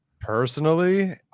Personally